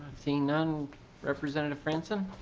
seeing none representative franson.